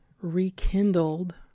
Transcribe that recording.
rekindled